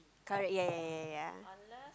correct ya ya ya ya ya